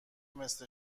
مثل